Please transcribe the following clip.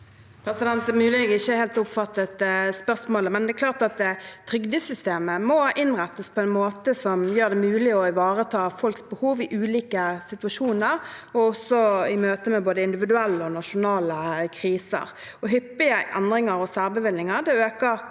Det er mu- lig jeg ikke helt oppfattet spørsmålet, men det er klart at trygdesystemet må innrettes på en måte som gjør det mulig å ivareta folks behov i ulike situasjoner, også i møte med både individuelle og nasjonale kriser. Hyppige endringer og særbevilgninger øker også